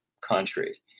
country